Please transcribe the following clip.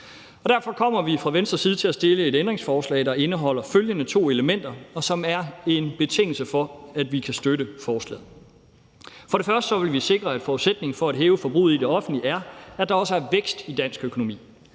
derfor kommer vi fra Venstres side til at stille et ændringsforslag, der indeholder følgende to elementer, og som er en betingelse for, at vi kan støtte forslaget. For det første vil vi sikre, at forudsætningen for at hæve forbruget i det offentlige er, at der også er vækst i dansk økonomi.